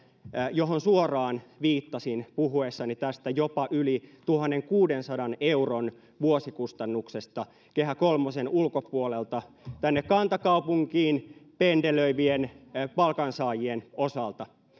johon suoraan viittasin puhuessani tästä jopa yli tuhannenkuudensadan euron vuosikustannuksesta kehä kolmosen ulkopuolelta tänne kantakaupunkiin pendelöivien palkansaajien osalta